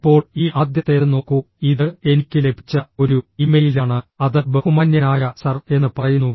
ഇപ്പോൾ ഈ ആദ്യത്തേത് നോക്കൂ ഇത് എനിക്ക് ലഭിച്ച ഒരു ഇമെയിലാണ് അത് ബഹുമാന്യനായ സർ എന്ന് പറയുന്നു